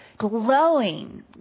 glowing